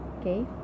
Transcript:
okay